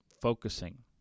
focusing